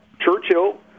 Churchill